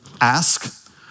Ask